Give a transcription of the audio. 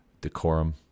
decorum